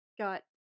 got